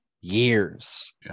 years